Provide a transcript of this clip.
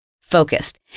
focused